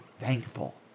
thankful